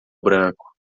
branco